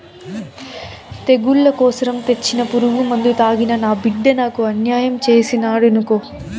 తెగుళ్ల కోసరం తెచ్చిన పురుగుమందు తాగి నా బిడ్డ నాకు అన్యాయం చేసినాడనుకో